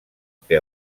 que